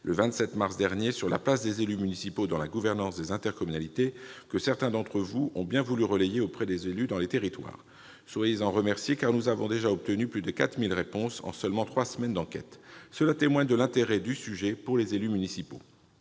le 27 mars dernier sur la place des élus municipaux dans la gouvernance des intercommunalités, que certains d'entre vous ont bien voulu relayer auprès des élus dans les territoires. Soyez-en remerciés, car nous avons déjà obtenu plus de 4 000 réponses en seulement trois semaines d'enquête. Cela témoigne de l'intérêt du sujet pour les élus municipaux